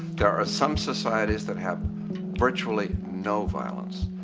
there are some societies that have virtually no violence.